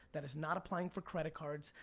that is not applying for credit cards,